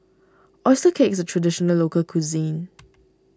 Oyster Cake is a Traditional Local Cuisine